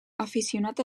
aficionat